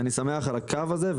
אני שמח על הקו הזה,